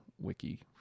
wiki